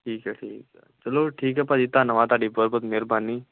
ਠੀਕ ਆ ਠੀਕ ਆ ਚਲੋ ਠੀਕ ਹੈ ਭਾਅ ਜੀ ਧੰਨਵਾਦ ਤੁਹਾਡੀ ਬਹੁਤ ਬਹੁਤ ਮਿਹਰਬਾਨੀ